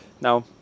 Now